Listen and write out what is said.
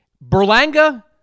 Berlanga